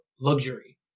luxury